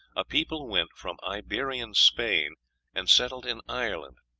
a people went from iberian spain and settled in ireland,